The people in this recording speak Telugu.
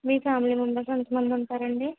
మీ ఫ్యామిలీ మెంబర్స్ ఎంతమంది ఉంటారు అండి